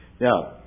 Now